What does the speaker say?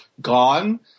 gone